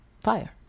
fire